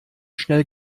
schnell